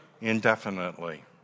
indefinitely